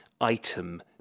item